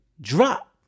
drop